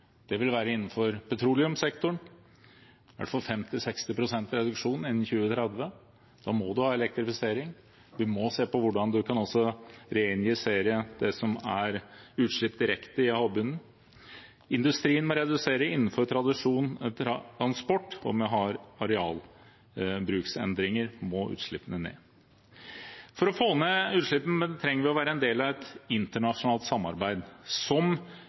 Det vil innenfor petroleumssektoren være i hvert fall 50–60 pst. reduksjon innen 2030. Da må man ha elektrifisering, og man må se på hvordan man også kan reinjisere utslipp direkte i havbunnen. Industrien må redusere innenfor transport, og ved arealbruksendringer må utslippene ned. For å få ned utslippene trenger vi å være en del av et internasjonalt samarbeid. Som